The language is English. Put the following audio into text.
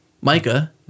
Micah